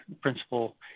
principal